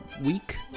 week